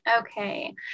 Okay